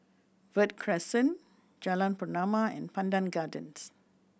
Verde Crescent Jalan Pernama and Pandan Gardens